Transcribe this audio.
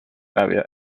barrier